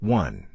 one